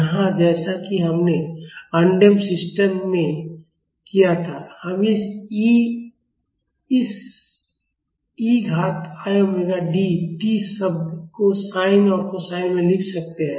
यहाँ जैसा कि हमने अनडैम्प्ड सिस्टम में किया था हम इस e घात i ओमेगा D t शब्दों को साइन और कोसाइन में लिख सकते हैं